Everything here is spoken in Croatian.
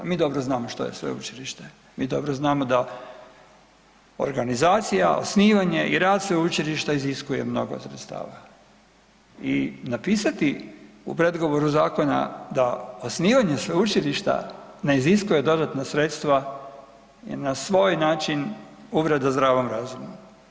Mi dobro znamo što je sveučilište, mi dobro znamo da organizacija, osnivanje i rad sveučilišta iziskuje mnogo sredstava i napisati u predgovoru zakona da osnivanje sveučilišta ne iziskuje dodatna sredstva je na svoj način uvreda zdravom razumu.